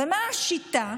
ומה השיטה?